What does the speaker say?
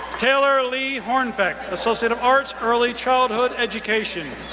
taylor lee hornfeck, associate of arts, early childhood education.